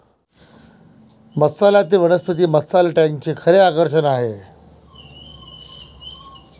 मत्स्यालयातील वनस्पती हे मत्स्यालय टँकचे खरे आकर्षण आहे